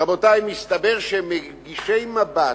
רבותי, מסתבר שמגישי "מבט"